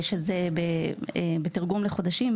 בתרגום לחודשים,